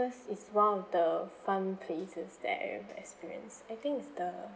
cause it's one of the fun places that I have experienced I think is the